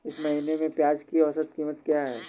इस महीने में प्याज की औसत कीमत क्या है?